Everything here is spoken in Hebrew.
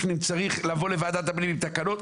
לפעמים צריך לבוא לוועדת הפנים עם תקנות,